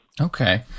Okay